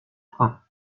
freins